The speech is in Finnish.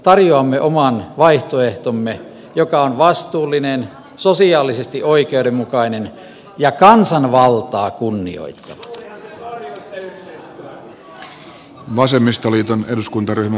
tarjoamme oman vaihtoehtomme joka on vastuullinen sosiaalisesti oikeudenmukainen ja kansanvaltaa kunnioittava